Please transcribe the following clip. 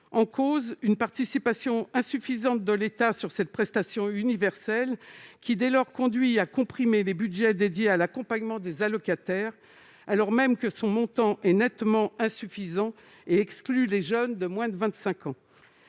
en est une participation insuffisante de l'État à cette prestation universelle, qui, dès lors, conduit à comprimer les budgets dédiés à l'accompagnement des allocataires, alors même que son montant est nettement insuffisant et exclut les jeunes de moins de 25 ans.